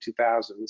2000s